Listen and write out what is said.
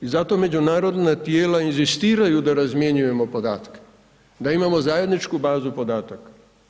I zato međunarodna tijela inzistiraju da razmjenjujemo podatke, da imamo zajedničku bazu podataka.